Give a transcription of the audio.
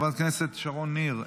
חברת הכנסת שרון ניר,